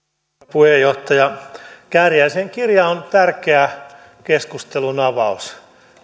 puheenjohtaja kääriäisen kirja on tärkeä keskustelunavaus